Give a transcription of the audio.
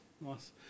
nice